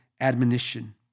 admonition